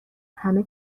همه